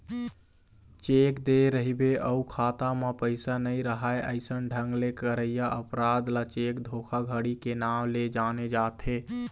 cheque दे रहिबे अउ खाता म पइसा नइ राहय अइसन ढंग ले करइया अपराध ल चेक धोखाघड़ी के नांव ले जाने जाथे